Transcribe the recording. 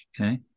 Okay